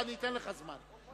אני אתן לך זמן.